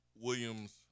Williams